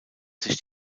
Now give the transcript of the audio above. sich